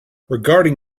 regarding